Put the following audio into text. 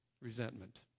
resentment